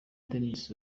denis